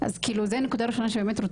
אז כאילו זה נקודה ראשונה שבאמת,